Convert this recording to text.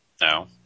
No